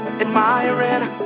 admiring